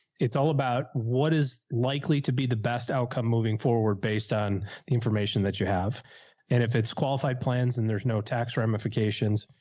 it's all about what is likely to be the best outcome moving forward based on the information that you have and if it's qualified plans and there's no tax ramifications,